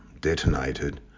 detonated